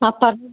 ആ പറഞ്ഞോ